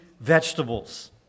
vegetables